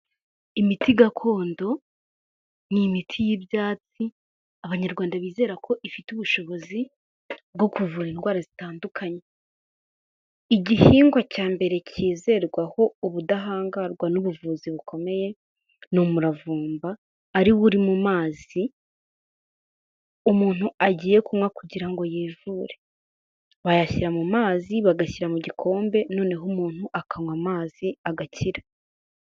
Imiti gakondo ni imiti y'ibyatsi, abanyarwanda bizera ko ifite ubushobozi bwo kuvura indwara zitandukanye, igihingwa cya mbere kizerwaho ubudahangarwa n'ubuvuzi bukomeye, ni umuravumba, ari wo uri mu mazi umuntu agiye kunywa kugira ngo yivure, bayashyira mu mazi bagashyira mu gikombe, noneho umuntu akanywa amazi agakira.